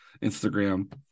Instagram